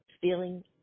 feeling